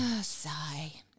Sigh